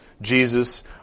Jesus